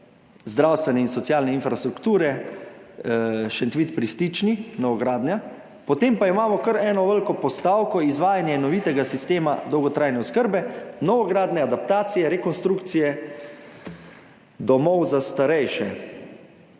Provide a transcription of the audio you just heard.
zdravstvene in socialne infrastrukture, Šentvid pri Stični, novogradnja, potem pa imamo kar eno veliko postavko Izvajanje enovitega sistema dolgotrajne oskrbe, [podpostavka] Novogradnje, adaptacije, rekonstrukcije domov za starejše